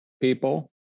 people